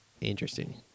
interesting